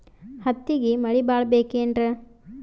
ಹತ್ತಿಗೆ ಮಳಿ ಭಾಳ ಬೇಕೆನ್ರ?